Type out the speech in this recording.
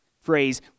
phrase